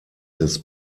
des